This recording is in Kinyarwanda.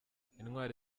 intwari